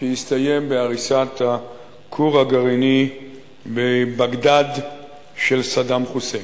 שהסתיים בהריסת הכור הגרעיני בבגדד של סדאם חוסיין.